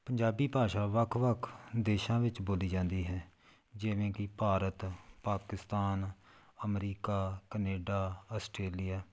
ਪੰਜਾਬੀ ਭਾਸ਼ਾ ਵੱਖ ਵੱਖ ਦੇਸ਼ਾਂ ਵਿੱਚ ਬੋਲੀ ਜਾਂਦੀ ਹੈ ਜਿਵੇਂ ਕਿ Bharat Pakistan America Canada Australia